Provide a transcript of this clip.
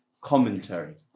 commentary